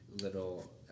little